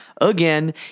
Again